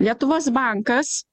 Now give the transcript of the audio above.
lietuvos bankas